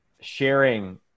sharing